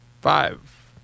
Five